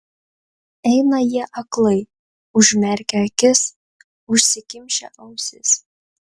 eina jie aklai užmerkę akis užsikimšę ausis